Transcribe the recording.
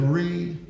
read